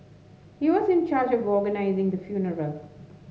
he was in charge of organising the funeral